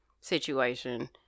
situation